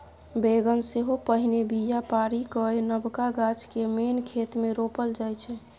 बेगन सेहो पहिने बीया पारि कए नबका गाछ केँ मेन खेत मे रोपल जाइ छै